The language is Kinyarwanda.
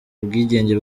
ubwigenge